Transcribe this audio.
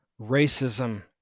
racism